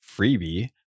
freebie